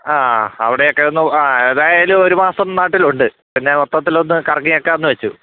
ആ അവിടെയൊക്കെ ഒന്ന് ആ ഏതായാലും ഒരു മാസം നാട്ടിലുണ്ട് പിന്നെ മൊത്തത്തിലൊന്ന് കറങ്ങിയേക്കാമെന്ന് വച്ചു